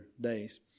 days